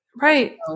Right